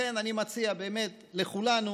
לכן אני מציע באמת לכולנו,